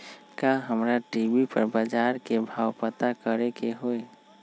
का हमरा टी.वी पर बजार के भाव पता करे के होई?